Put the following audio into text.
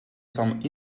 some